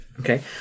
Okay